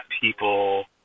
people